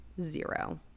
Zero